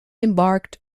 embarked